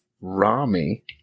Rami